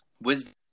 wisdom